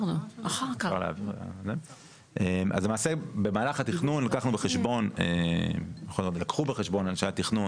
אז למעשה במהלך התכנון לקחו בחשבון אנשי התכנון,